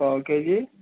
పావు కేజీ